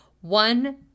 one